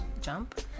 jump